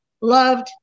loved